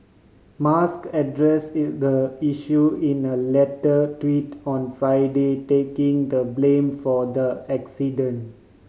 musk address the issue in a later tweet on Friday taking the blame for the accident